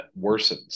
worsens